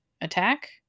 attack